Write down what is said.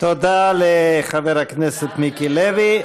תודה לחבר הכנסת מיקי לוי.